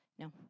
No